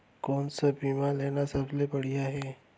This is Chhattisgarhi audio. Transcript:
कोन स बीमा लेना सबले बढ़िया हे?